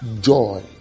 joy